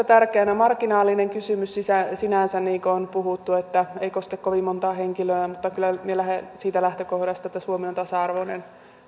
tärkeänä marginaalinen kysymys sinänsä sinänsä niin kuin on puhuttu ei koske kovin montaa henkilöä mutta kyllä minä lähden siitä lähtökohdasta että suomi on tasa arvoinen